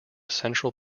central